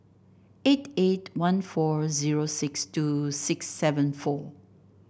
eight eight one four zero six two six seven four